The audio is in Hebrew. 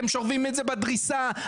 שוברים בדריסה,